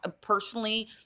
personally